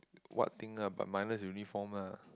what thing lah but minus uniform ah